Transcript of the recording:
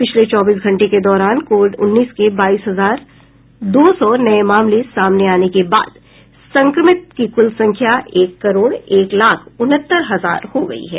पिछले चौबीस घंटे के दौरान कोविड उन्नीस के बाईस हजार दो सौ नये मामले सामने आने के बाद संक्रिमत की कुल संख्या एक करोड एक लाख उनहत्तर हजार हो गई है